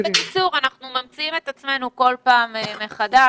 בקיצור, אנחנו ממציאים את עצמנו כל פעם מחדש